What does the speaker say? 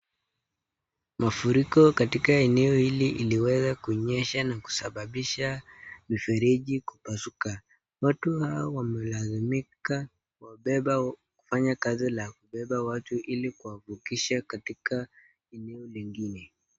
Mafuriko katika eneo hili iliweza kunyesha na kusababisha mifereji kupasuka, watu hawa wamelazimika kuwabeba, kufanya kazi la kuwabeba watu ili kuwavukisha katika, eneo lingine.